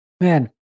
man